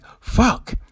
fuck